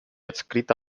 adscrita